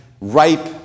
ripe